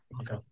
okay